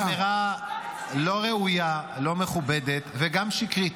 זו אמירה לא ראויה, לא מכובדת וגם שקרית.